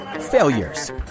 failures